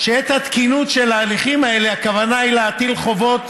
את התקינות של הליכים אלה, הכוונה היא להטיל חובות